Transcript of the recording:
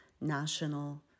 national